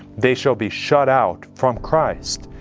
they shall be shut out from christ.